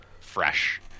fresh